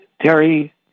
Terry